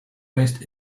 based